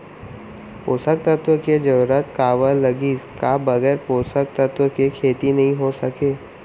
पोसक तत्व के जरूरत काबर लगिस, का बगैर पोसक तत्व के खेती नही हो सके?